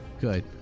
Good